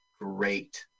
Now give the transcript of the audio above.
Great